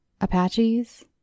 Apaches